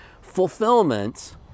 fulfillment